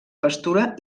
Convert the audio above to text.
pastura